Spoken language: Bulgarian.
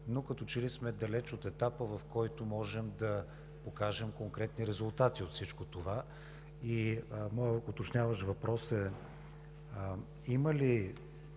но като че ли сме далече от етапа, в който можем да покажем конкретни резултати от всичко това. Моят уточняващ въпрос е: има ли